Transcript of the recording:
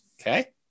Okay